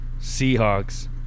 Seahawks